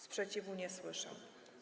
Sprzeciwu nie słyszę.